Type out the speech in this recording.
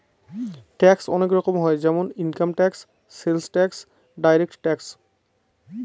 tax অনেক রকম হয় যেমন income tax, sales tax, direct tax